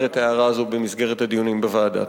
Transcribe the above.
את ההערה הזאת במסגרת הדיונים בוועדה.